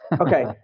Okay